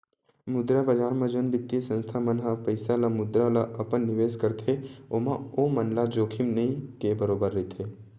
मुद्रा बजार म जउन बित्तीय संस्था मन ह पइसा ल मुद्रा ल अपन निवेस करथे ओमा ओमन ल जोखिम नइ के बरोबर रहिथे